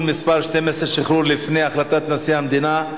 מס' 12) (שחרור לפי החלטת נשיא המדינה),